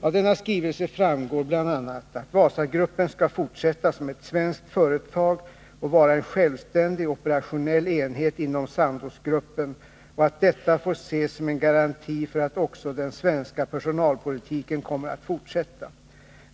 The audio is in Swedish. Av denna skrivelse framgår bl.a. att Wasagruppen skall fortsätta som ett svenskt företag och vara en självständig operationell enhet inom Sandozgruppen och att detta får ses som en garanti för att också den svenska personalpolitiken kommer att fortsätta.